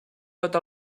tot